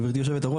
גבירתי יושבת הראש,